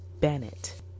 Bennett